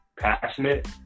passionate